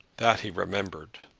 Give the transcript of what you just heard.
that he remembered.